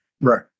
right